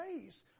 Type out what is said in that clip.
grace